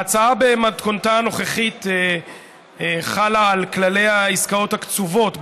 ההצעה במתכונתה הנוכחית חלה על כללי העסקאות הקצובות,